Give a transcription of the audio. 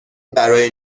برای